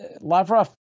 Lavrov